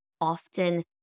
often